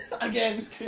Again